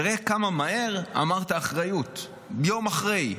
תראה כמה מהר אמרת "אחריות" יום אחרי כן.